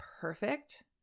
perfect